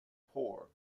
poor